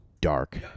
dark